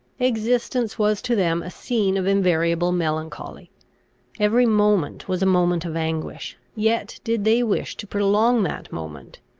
existence was to them a scene of invariable melancholy every moment was a moment of anguish yet did they wish to prolong that moment,